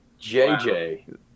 JJ